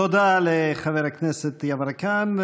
תודה לחבר כנסת יברקן.